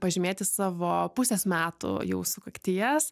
pažymėti savo pusės metų jau sukakties